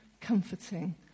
comforting